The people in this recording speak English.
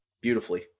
Beautifully